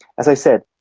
as i said,